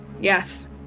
Yes